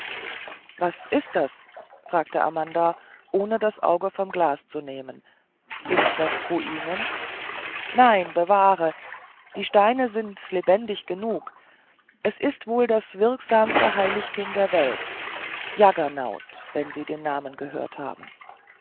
was ist das fragte amanda ohne das auge vom glas zu nehmen sind das ruinen nein bewahre die steine sind lebendig genug es ist wohl das wirksamste heiligtum der welt jaggernauth wenn sie den namen gehört haben